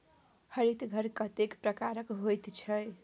हरित घर कतेक प्रकारक होइत छै?